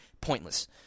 pointless